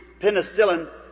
penicillin